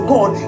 God